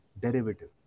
derivative